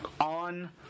on